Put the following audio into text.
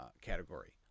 category